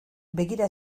begira